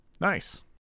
Nice